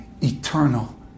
eternal